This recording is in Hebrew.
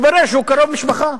מתברר שהוא קרוב משפחה.